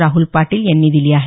राहूल पाटील यांनी दिली आहे